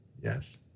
Yes